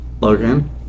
logan